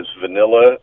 vanilla